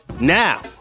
now